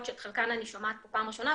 שאת חלקן אני שומעת פה בפעם הראשונה.